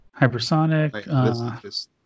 Hypersonic